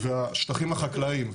השטחים החקלאיים,